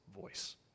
voice